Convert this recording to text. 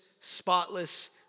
spotless